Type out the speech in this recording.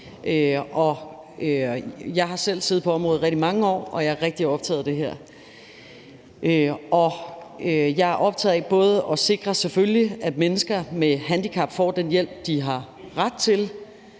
Jeg har selv siddet på området i rigtig mange år, og jeg rigtig optaget af det, både af selvfølgelig at sikre, at mennesker med handicap får den hjælp, de har ret til,